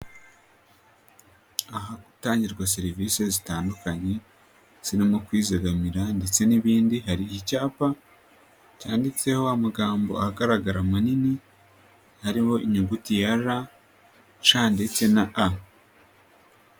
Ahatangirwa serivisi zitandukanye, zirimo kwizigamira ndetse n'ibindi hari icyapa, cyanditseho amagambo agaragara manini, hariho inyuguti ya R, C ndetse na A.